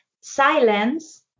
silence